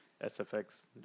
SFX